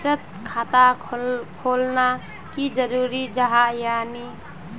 बचत खाता खोलना की जरूरी जाहा या नी?